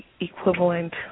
equivalent